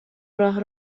راه